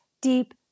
deep